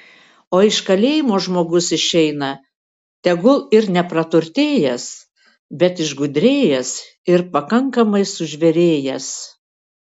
o iš kalėjimo žmogus išeina tegul ir nepraturtėjęs bet išgudrėjęs ir pakankamai sužvėrėjęs